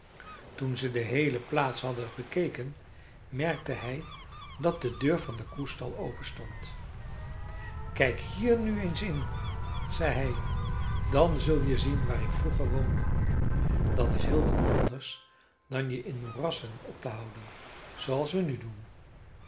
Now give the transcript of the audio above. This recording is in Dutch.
toen ze de heele plaats hadden bekeken merkte hij dat de deur van den koestal open stond kijk hier nu eens in zei hij dan zul je zien waar ik vroeger woonde dat is heel wat anders dan je in moerassen op te houden zooals we nu doen